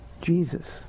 Jesus